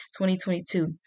2022